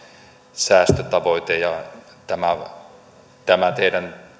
säästötavoite ja tämä teidän